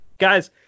Guys